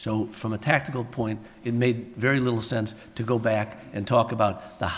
so from a tactical point it made very little sense to go back and talk about the